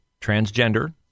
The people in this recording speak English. transgender